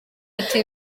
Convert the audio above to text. ati